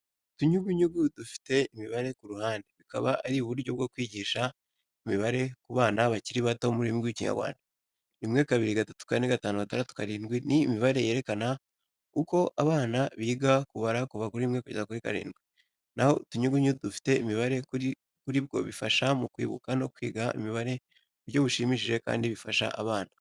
Utunyugunyugu dufite imibare ku ruhande, bikaba ari uburyo bwo kwigisha imibare ku bana bakiri bato mu rurimi rw'Ikinyarwanda 1, 2, 3, 4, 5, 6, 7 ni imibare yerekana uko abana biga kubara kuva ku 1 kugera ku 7. Naho utunyugunyugu dufite imibare kuri bwo bifasha mu kwibuka no kwiga imibare mu buryo bushimishije kandi bufasha abana.